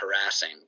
harassing